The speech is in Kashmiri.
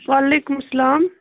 وعلیکُم سلام